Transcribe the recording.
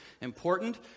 important